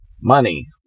Money